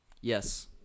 Yes